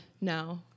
No